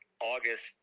August